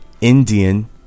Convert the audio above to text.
Indian